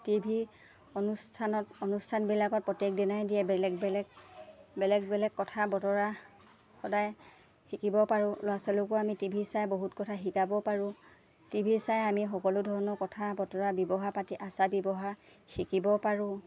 T V অনুষ্ঠানত অনুষ্ঠানবিলাকত প্ৰত্যেক দিনাই দিয়ে বেলেগ বেলেগ বেলেগ বেলেগ কথা বতৰা সদায় শিকিব পাৰোঁ ল'ৰা ছোৱালীকো আমি টি ভি চাই বহুত কথা শিকাব পাৰোঁ টি ভি চাই আমি সকলো ধৰণৰ কথা বতৰা ব্যৱহাৰ পাতি আচাৰ ব্যৱহাৰ শিকিব পাৰোঁ